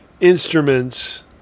instruments